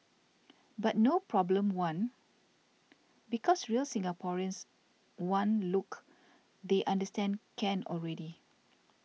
but no problem one because real Singaporeans one look they understand can already